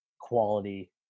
quality